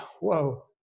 whoa